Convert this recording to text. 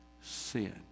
sin